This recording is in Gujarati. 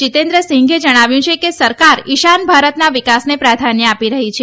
જીતેન્દ્ર સિંઘે જણાવ્યું છે કે સરકાર ઇશાન ભારતના વિકાસને પ્રાધાન્ય આપી રહી છે